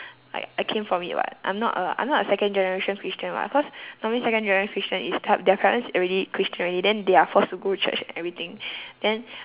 like I came from it [what] I'm not a I'm not a second generation christian [what] cause normally second generation christian is their parents already christian already then they are forced to go to church and everything then